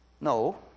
No